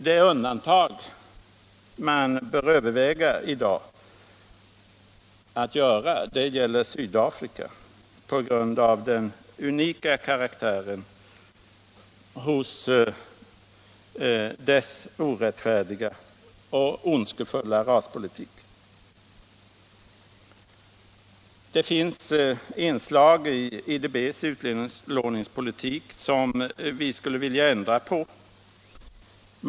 Det undantag man i dag bör överväga att göra gäller Sydafrika, på grund av den unika karaktären hos dess orättfärdiga och ondskefulla raspolitik. Det finns inslag i IDB:s utlåningspolitik som vi skulle vilja ändra på.